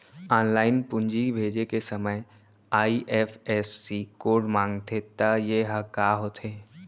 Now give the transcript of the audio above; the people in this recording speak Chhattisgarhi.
ऑनलाइन पूंजी भेजे के समय आई.एफ.एस.सी कोड माँगथे त ये ह का होथे?